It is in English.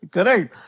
Correct